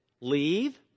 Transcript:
Leave